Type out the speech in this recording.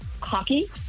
Hockey